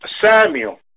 Samuel